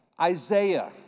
Isaiah